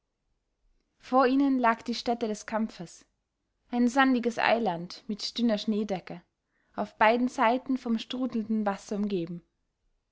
vor ihnen lag die stätte des kampfes ein sandiges eiland mit dünner schneedecke auf beiden seiten vom strudelnden wasser umgeben